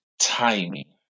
timing